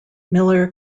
miller